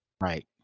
Right